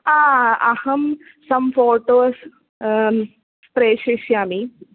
आ अहं सं फ़ोटोस् प्रेषयिष्यामि